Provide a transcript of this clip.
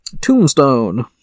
Tombstone